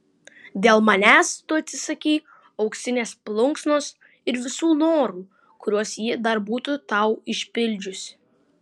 dėl manęs tu atsisakei auksinės plunksnos ir visų norų kuriuos ji dar būtų tau išpildžiusi